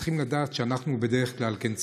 צריכים לדעת שבדרך כלל אנחנו,